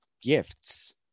gifts